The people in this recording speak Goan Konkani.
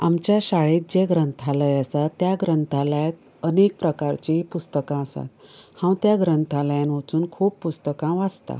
आमच्या शाळेत जें ग्रंथालय आसा त्या ग्रंथालयांत अनेक प्रकारचीं पुस्तकां आसात हांव त्या ग्रंथालयांत वचून खूब पुस्तकां वाचता